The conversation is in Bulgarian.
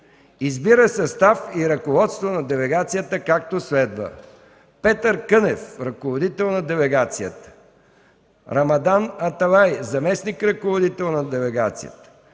Избира състав и ръководство на делегацията, както следва: - Петър Кънев – ръководител на делегацията; - Рамадан Аталай – заместник-ръководител на делегацията;